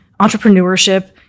entrepreneurship